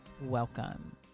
welcome